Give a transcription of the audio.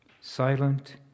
Silent